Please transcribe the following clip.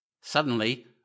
Suddenly